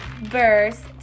verse